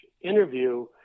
interview